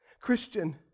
Christian